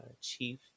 chief